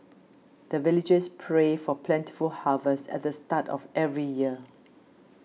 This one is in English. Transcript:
the villagers pray for plentiful harvest at the start of every year